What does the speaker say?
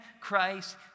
Christ